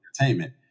entertainment